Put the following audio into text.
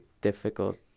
difficult